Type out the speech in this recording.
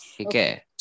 Okay